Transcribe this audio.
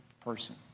person